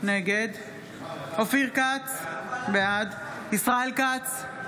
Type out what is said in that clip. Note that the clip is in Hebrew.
נגד אופיר כץ, בעד ישראל כץ,